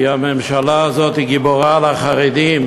כי הממשלה הזאת היא גיבורה על חרדים,